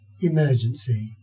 emergency